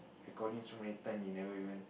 I call him so many time he never even